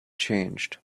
changed